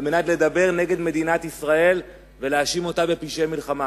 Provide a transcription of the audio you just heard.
כדי לדבר נגד מדינת ישראל ולהאשים אותה בפשעי מלחמה.